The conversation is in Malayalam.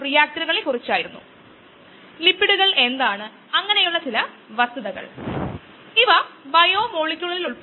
അതുവഴി ഒരു നിശ്ചിത ചട്ടക്കൂടിൽ ഉൾപ്പെടുത്താനും ഉചിതമായ പാരാമീറ്ററുകൾ നേടാനും മറ്റും നമുക്ക് എളുപ്പമാകും